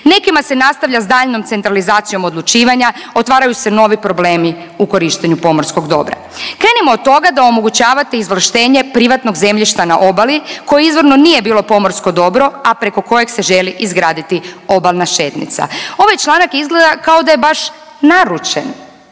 Nekima se nastavlja sa daljnjom centralizacijom odlučivanja, otvaraju se novi problemi u korištenju pomorskog dobra. Krenimo od toga da omogućavate izvlaštenje privatnog zemljišta na obali koji izvorno nije bilo pomorsko dobro, a preko kojeg se želi izgraditi obalna šetnica. Ovaj članak izgleda kao da je baš naručen